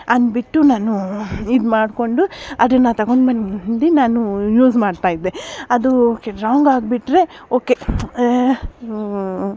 ಅನ್ಬಿಟ್ಟು ನಾನು ಇದು ಮಾಡಿಕೊಂಡು ಅದನ್ನು ತಗೊಂಡು ಬಂದು ನಾನು ಯೂಸ್ ಮಾಡ್ತಾ ಇದ್ದೆ ಅದು ಓಕೆ ರಾಂಗ್ ಆಗಿಬಿಟ್ರೆ ಓಕೆ